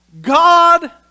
god